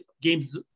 games